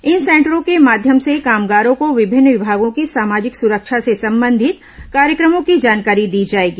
इन सेंटरों के माध्यम से कामगारों को विभिन्न विभागों की सामाजिक सुरक्षा से संबंधित कार्यक्रमों की जानकारी दी जाएगी